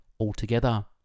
altogether